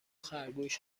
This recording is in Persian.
خرگوش